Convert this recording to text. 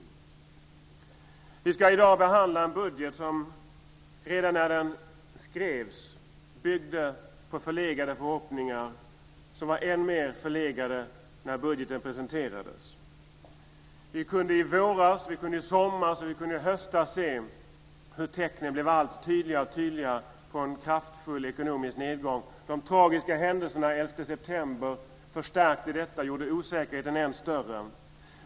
I dag ska vi behandla en budget som redan när den skrevs byggde på förlegade förhoppningar - förhoppningar som var än mer förlegade när budgeten presenterades. I våras, i somras och i höstas kunde vi se hur tecknen på en kraftfull ekonomisk nedgång blev allt tydligare. De tragiska händelserna den 11 september förstärkte detta och gjorde osäkerheten än större.